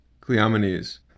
Cleomenes